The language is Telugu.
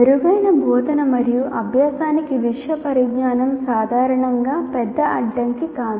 మెరుగైన బోధన మరియు అభ్యాసానికి విషయ పరిజ్ఞానం సాధారణంగా పెద్ద అడ్డంకి కాదు